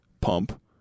Pump